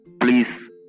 please